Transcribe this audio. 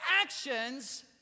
actions